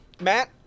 Matt